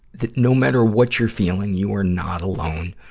that no matter what you're feeling, you are not alone.